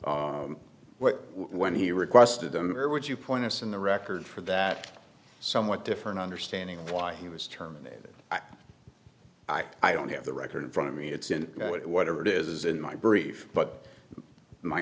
and what when he requested a murder would you point us in the record for that somewhat different understanding of why he was terminated i don't have the record in front of me it's in it whatever it is in my brief but my